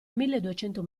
milleduecento